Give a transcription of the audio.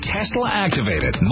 Tesla-activated